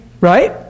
right